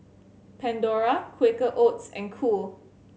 Pandora Quaker Oats and Cool